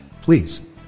Please